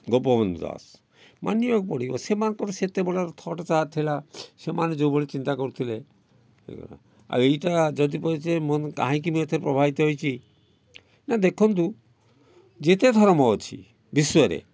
ଗୋପବନ୍ଧୁ ଦାସ ମାନିବାକୁ ପଡ଼ିବ ସେମାନଙ୍କର ସେତେବେଳର ଥଟ୍ ଯାହା ଥିଲା ସେମାନେ ଯେଉଁଭଳି ଚିନ୍ତା କରୁଥିଲେ ଆଉ ଏଇଟା କାହିଁକି ମୁଁ ଏତେ ପ୍ରଭାବିତ ହେଇଛି ନା ଦେଖନ୍ତୁ ଯେତେ ଧର୍ମ ଅଛି ବିଶ୍ୱରେ